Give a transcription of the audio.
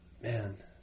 man